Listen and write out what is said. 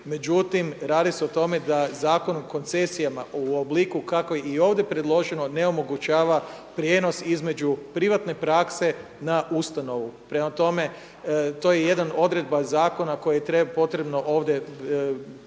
Međutim radi se o tome da Zakon o koncesijama u obliku kako je i ovdje predloženo ne omogućava prijenos između privatne prakse na ustanovu. Prema tome, to je jedna odredba zakona koje je potrebno ovdje kozmetički